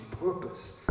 purpose